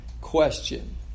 question